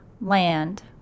land